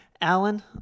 Alan